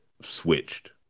switched